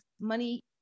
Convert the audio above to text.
Money